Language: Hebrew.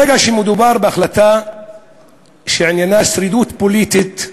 ברגע שמדובר בהחלטה שעניינה שרידות פוליטית,